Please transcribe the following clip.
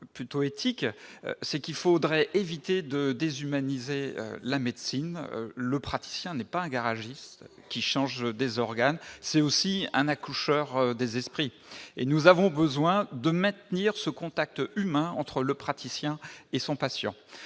plutôt éthique, c'est qu'il faudrait éviter de déshumaniser la médecine le praticien n'est pas un garagiste qui change des organes, c'est aussi un accoucheur des esprits et nous avons besoin de maintenir ce contact humain entre le praticien et son patient